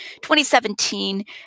2017